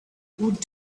would